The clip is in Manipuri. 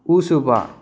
ꯎꯁꯨꯕ